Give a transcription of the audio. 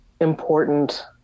important